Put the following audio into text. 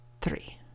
three